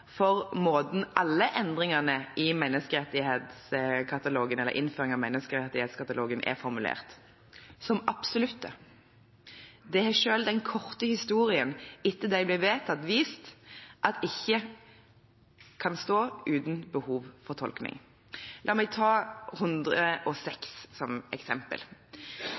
absolutte. Selv den korte historien etter at de ble vedtatt, har vist at det ikke kan stå uten behov for tolkning. La meg ta § 106 som eksempel.